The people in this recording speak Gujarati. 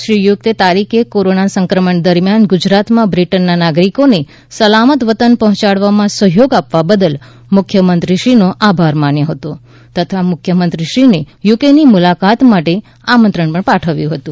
શ્રીયુત તારીકે કોરોના સંક્રમણ દરમ્યાન ગુજરાતમાં બ્રિટનના નાગરિકોને સલામત વતન પહોચાડવા માં સહયોગ આપવા બદલ મુખ્યમંત્રીનો આભાર માન્યો હતો તથા મુખ્યમંત્રી શ્રીને યુકેની મુલાકાત માટે આમંત્રણ પાઠવ્યું હતું